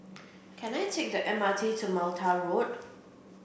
can I take the M R T to Mattar Road